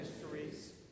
mysteries